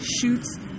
shoots